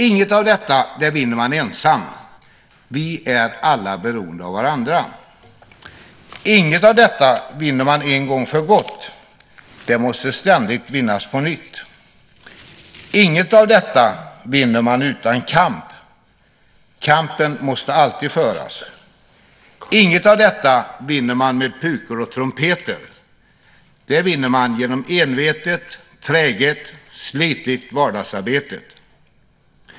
Inget av detta vinner man ensam. Vi är alla beroende av varandra. Inget av detta vinner man en gång för gott. Det måste ständigt vinnas på nytt. Inget av detta vinner man utan kamp. Kampen måste alltid föras. Inget av detta vinner man med pukor och trumpeter. Det vinner man genom envetet, träget och slitigt vardagsarbete.